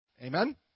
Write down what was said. Amen